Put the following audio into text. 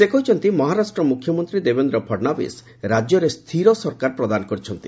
ସେ କହିଛନ୍ତି ମହାରାଷ୍ଟ୍ର ମୁଖ୍ୟମନ୍ତ୍ରୀ ଦେବେନ୍ଦ୍ର ଫଡ଼ଣବିସ୍ ରାଜ୍ୟରେ ସ୍ଥିର ସରକାର ପ୍ରଦାନ କରିଛନ୍ତି